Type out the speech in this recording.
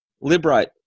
Liberate